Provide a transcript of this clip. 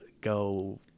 go